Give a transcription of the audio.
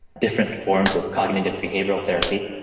different forms of cognitive behavioural therapy,